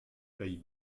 pays